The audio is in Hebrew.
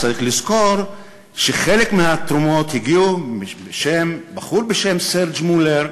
צריך לזכור שחלק מהתרומות הגיעו מבחור בשם סרג' מולר.